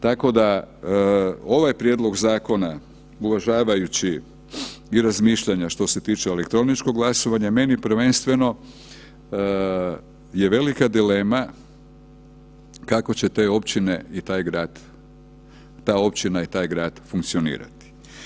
Tako da, ovaj prijedlog zakona, uvažavajući i razmišljanja što se tiče i elektroničkog glasovanja, meni prvenstveno je velika dilema kako će te općine i taj grad, ta općina i taj grad funkcionirati.